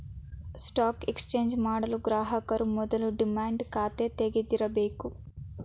stock exchange ಮಾಡಲು ಗ್ರಾಹಕರು ಮೊದಲು ಡಿಮ್ಯಾಟ್ ಖಾತೆ ತೆಗಿದಿರಬೇಕು